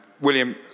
William